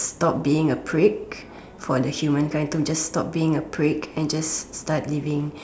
stop being a prick for the humankind to just stop being a prick and just start living